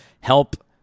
help